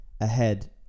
ahead